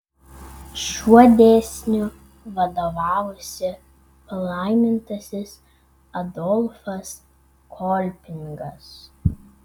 šiuo dėsniu vadovavosi palaimintasis adolfas kolpingas